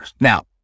Now